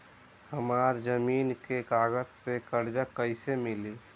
हमरा जमीन के कागज से कर्जा कैसे मिली?